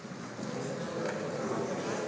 Hvala